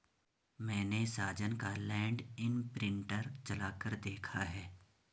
मैने साजन का लैंड इंप्रिंटर चलाकर देखा है